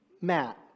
Matt